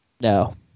No